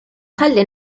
ħalli